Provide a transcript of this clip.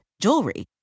jewelry